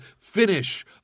finish